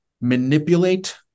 manipulate